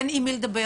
אין עם מי לדבר,